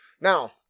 now